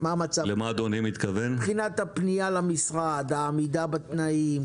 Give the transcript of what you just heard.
מבחינת הפנייה למשרד, העמידה בתנאים?